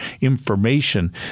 information